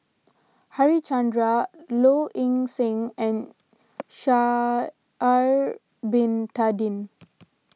Harichandra Low Ing Sing and Sha'ari Bin Tadin